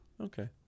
Okay